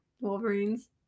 Wolverines